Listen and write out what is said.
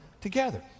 together